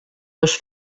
dos